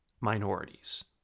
minorities